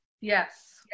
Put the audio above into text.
Yes